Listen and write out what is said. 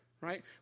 right